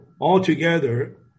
altogether